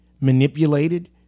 manipulated